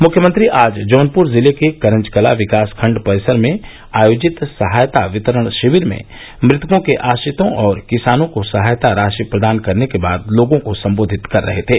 मुख्यमंत्री आज जौनपुर जिले के करंजाकला विकास खण्ड परिसर में आयोजित सहायता वितरण शिविर में मृतकों के आश्रितों और किसानों को सहायता राशि प्रदान करने के बाद लोगों को सम्बोधित कर रहे थे